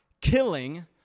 killing